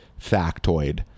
factoid